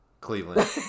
Cleveland